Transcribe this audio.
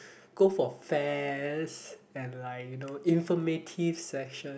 go for fairs and like you know informative sessions